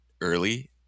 early